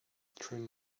train